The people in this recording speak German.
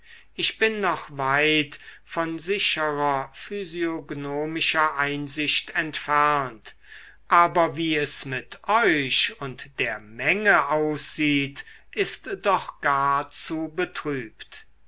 ich bin noch weit von sicherer physiognomischer einsicht entfernt aber wie es mit euch und der menge aussieht ist doch gar zu betrübt